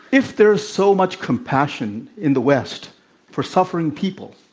if there's so much compassion in the west for suffering people,